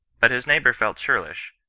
but his neighbour felt churlish,